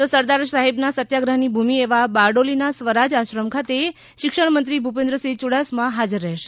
તો સરદાર સાહેબના સત્યાગ્રહની ભૂમિ એવા બારડોલીના સ્વરાજ આશ્રમ ખાતે શિક્ષણમંત્રી ભુપેન્દ્રસિંહ યુડાસમા હાજર રહેશે